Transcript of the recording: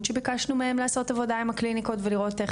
שביקשנו מהם לעשות עבודה עם הקליניקות ולראות,